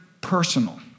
personal